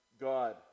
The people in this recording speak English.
God